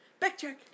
Backtrack